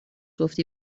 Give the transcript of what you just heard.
گفتی